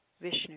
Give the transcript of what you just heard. Vishnu